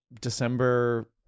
December